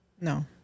no